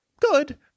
good